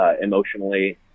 emotionally